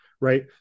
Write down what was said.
right